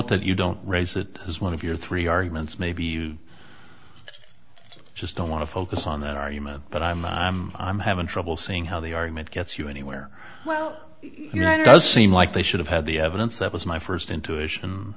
that you don't raise it as one of your three arguments maybe you just don't want to focus on that argument but i'm i'm having trouble seeing how the argument gets you anywhere while you're at it does seem like they should have had the evidence that was my first intuition